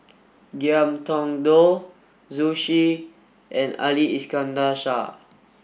Ngiam Tong Dow Zhu Xu and Ali Iskandar Shah